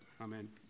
Amen